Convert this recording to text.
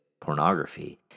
pornography